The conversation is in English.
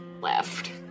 left